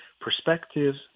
perspectives